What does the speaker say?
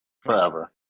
forever